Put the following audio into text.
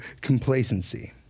complacency